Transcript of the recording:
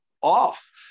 off